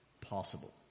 possible